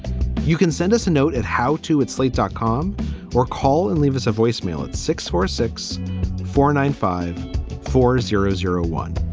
you can send us a note at how to at slate dot com or call and leave us a voicemail at six four six four nine five four zero zero one.